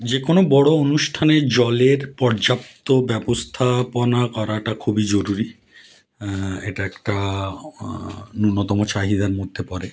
যে কোনো বড় অনুষ্ঠানে জলের পর্যাপ্ত ব্যবস্থাপনা করাটা খুবই জরুরি এটা একটা ন্যূনতম চাহিদার মধ্যে পড়ে